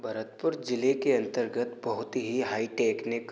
भरतपुर जिले के अंतर्गत बहुत ही हाई टेक्निक